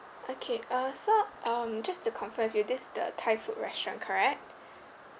okay uh so um just to confirm with you this is the thai food restaurant correct